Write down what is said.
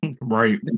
right